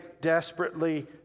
desperately